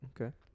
okay